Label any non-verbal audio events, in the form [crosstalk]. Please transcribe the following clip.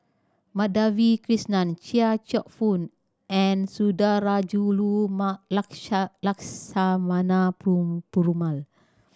Madhavi Krishnan Chia Cheong Fook and Sundarajulu [unintelligible] Lakshmana [unintelligible] Perumal